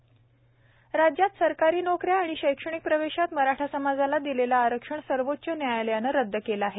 मराठा आरक्षण राज्यात सरकारी नोकऱ्या आणि शैक्षणिक प्रवेशात मराठा समाजाला दिलेलं आऱक्षण सर्वोच्च न्यायालयानं रद्द केलं आहे